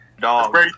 Dog